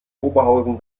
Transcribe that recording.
oberhausen